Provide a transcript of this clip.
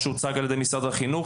מה שהוצג על ידי משרד החינוך.